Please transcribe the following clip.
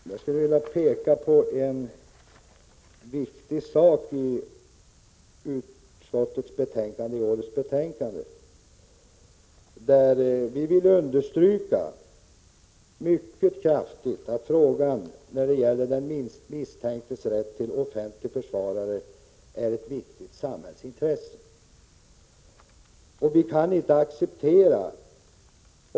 Herr talman! Jag skall peka på en viktig del i utskottets betänkande, nämligen den del där vi mycket kraftigt understryker att frågan när det gäller den misstänktes rätt till offentlig försvarare är ett viktigt samhällsintresse.